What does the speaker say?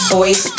Boys